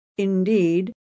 Indeed